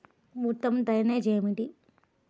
ఉత్తమ డ్రైనేజ్ ఏమిటి?